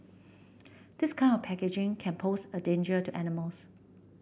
this kind of packaging can pose a danger to animals